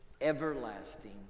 everlasting